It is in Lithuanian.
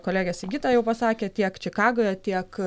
kolegė sigita jau pasakė tiek čikagoje tiek